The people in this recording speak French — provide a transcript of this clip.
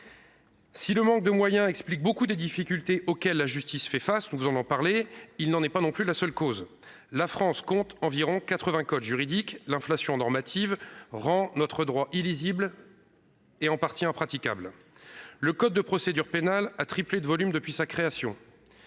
Si le manque de moyens explique beaucoup des difficultés auxquelles la justice fait face, ce n'en est pas la seule cause. La France compte environ quatre-vingts codes juridiques. L'inflation normative rend notre droit illisible et en partie impraticable. Le code de procédure pénale a triplé de volume depuis sa création.